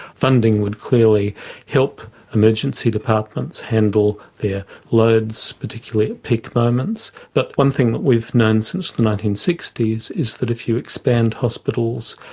funding would clearly help emergency departments handle their loads particularly at peak moments, but one thing that we've known since the nineteen sixty s is that if you expand hospitals,